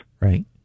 Right